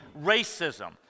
racism